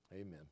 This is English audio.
Amen